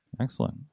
Excellent